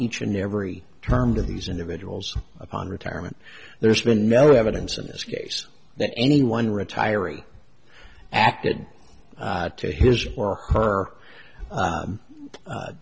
each and every term to these individuals upon retirement there's been no evidence in this case that anyone retiring acted to his or